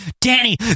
Danny